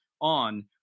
on